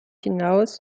hinaus